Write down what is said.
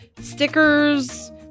stickers